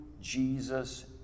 Jesus